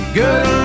good